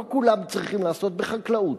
לא כולם צריכים לעסוק בחקלאות.